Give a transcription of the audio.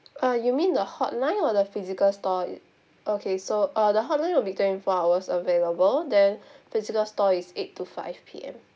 uh you mean the hotline or the physical store okay so uh the hotline will be twenty four hours available then physical store is eight to five P_M